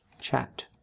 chat